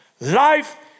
Life